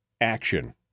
action